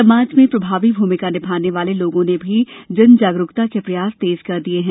समाज में प्रभावी भूमिका निभाने वाले लॉगों ने भी जनजागरूकता के प्रयास तेज कर दिये हैं